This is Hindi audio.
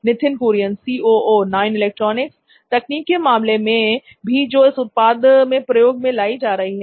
नित्थिन कुरियन सी ओ ओ नॉइन इलेक्ट्रॉनिक्स तकनीक के मामले में भी जो इस उत्पाद में प्रयोग में लाई जा रही है